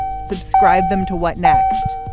subscribed them to what next?